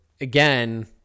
again